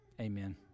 Amen